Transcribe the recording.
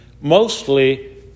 mostly